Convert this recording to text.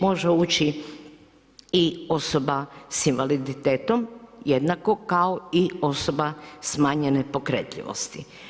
Može ući i osoba s invaliditetom jednako kao i osoba s manje nepokretljivosti.